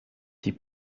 die